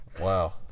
Wow